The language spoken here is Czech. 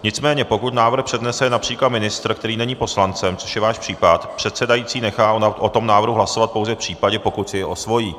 Nicméně pokud návrh přednese například ministr, který není poslancem, což je váš případ, předsedající nechá o tom návrhu hlasovat pouze v případě, pokud si jej osvojí.